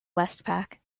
westpac